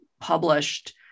published